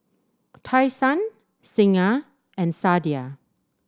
Tai Sun Singha and Sadia